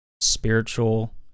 spiritual